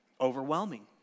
overwhelming